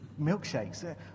milkshakes